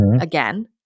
again